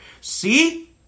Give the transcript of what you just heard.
See